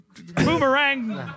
boomerang